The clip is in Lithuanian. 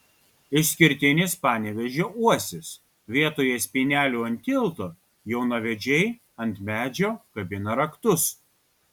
išskirtinis panevėžio uosis vietoje spynelių ant tilto jaunavedžiai ant medžio kabina raktus